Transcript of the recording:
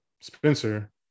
Spencer